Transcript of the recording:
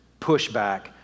pushback